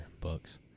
books